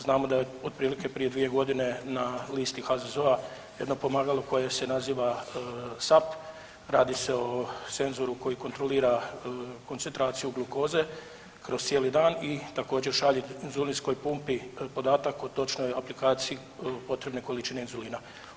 Znamo da otprilike prije 2 godine na listi HZZO-a jedno pomagalo koje se naziva SAP, radi se o senzornu koji kontrolira koncentraciju glukoze kroz cijeli dan i također, šalje inzulinskoj pumpi podatak o točnoj aplikaciji potrebne količine inzulina.